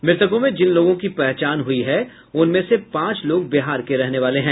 मृतकों में जिन लोगों की पहचान हुई है उनमें से पांच लोग बिहार के रहने वाले हैं